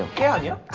can you